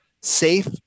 safe